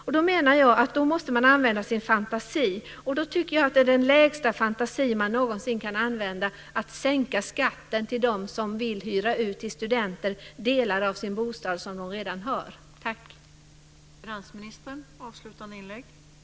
Jag tycker som sagt att man måste använda sin fantasi, och jag tycker att den lägsta fantasi man någonsin kan använda vore att sänka skatten för dem som vill hyra ut delar av den bostad som de redan har till studenter.